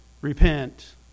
repent